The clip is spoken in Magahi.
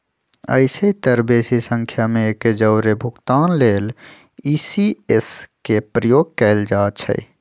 अइसेए तऽ बेशी संख्या में एके जौरे भुगतान लेल इ.सी.एस के प्रयोग कएल जाइ छइ